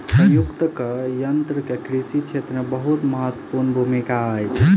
संयुक्तक यन्त्र के कृषि क्षेत्र मे बहुत महत्वपूर्ण भूमिका अछि